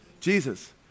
Jesus